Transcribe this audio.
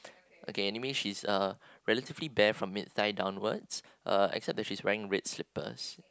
okay anyway she's uh relatively bare from mid thigh downwards uh except that she's wearing red slippers